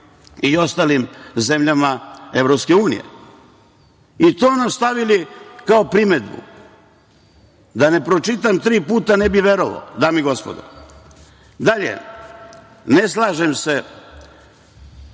i ostalim zemljama EU. I to su nam stavili kao primedbu. Da ne pročitam tri puta, ne bih verovao, dame i gospodo. Dalje, ne slažem se